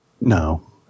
No